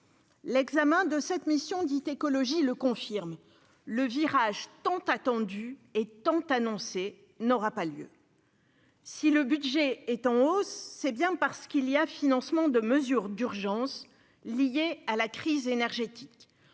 L'examen de cette mission dite « Écologie » le confirme : le virage tant attendu et tant annoncé n'aura pas lieu. Si le budget est en hausse, c'est bien parce qu'il y a financement de mesures d'urgence liée à la crise énergétique